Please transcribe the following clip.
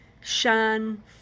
shine